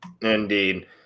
Indeed